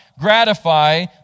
gratify